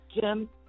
Jim